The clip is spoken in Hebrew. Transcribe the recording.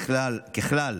ככלל,